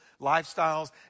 lifestyles